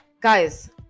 Guys